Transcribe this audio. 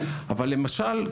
אבל למשל,